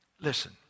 Listen